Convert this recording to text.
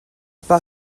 pas